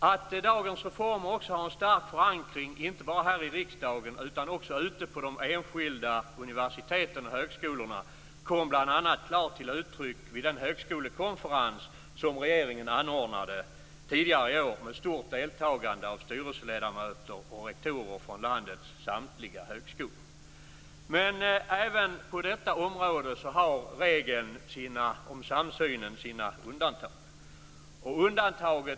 Att dagens reformer har en starkt förankring inte bara här i riksdagen utan också på de enskilda universiteten och högskolorna kom bl.a. klart till uttryck vid den högskolekonferens som regeringen anordnade tidigare i år med stort deltagande av styrelseledamöter och rektorer från landets samtliga högskolor. Men även på detta område har regeln om samsynen sina undantag.